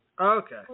Okay